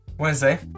Wednesday